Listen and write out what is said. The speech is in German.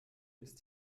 ist